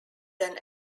than